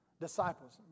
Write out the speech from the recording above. disciples